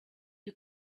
you